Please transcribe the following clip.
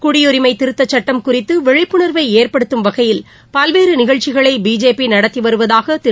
குடியுரிமை திருத்தச் சட்டம் குறித்து விழிப்புண்வை ஏற்படுத்தும் வகையில் பல்வேறு நிகழ்ச்சிகளை பிஜேபி நடத்தி வருவதாக திரு